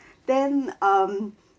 then um